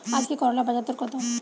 আজকে করলার বাজারদর কত?